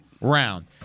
round